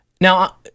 Now